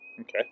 Okay